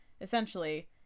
essentially